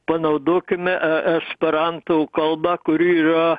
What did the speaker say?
panaudokime esperanto kalbą kuri yra